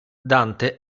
dante